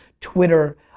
Twitter